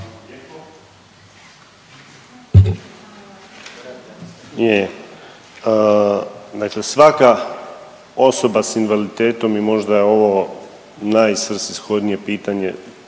svaka osoba s invaliditetom i možda ovo najsvrsishodnije pitanje